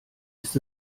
ist